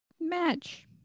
match